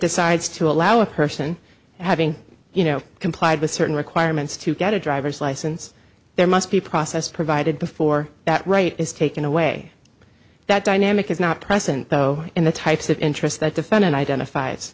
decides to allow a person having you know complied with certain requirements to get a driver's license there must be process provided before that right is taken away that dynamic is not present though in the types of interest that defendant identifies